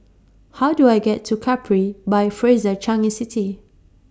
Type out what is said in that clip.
How Do I get to Capri By Fraser Changi City